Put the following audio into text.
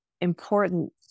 important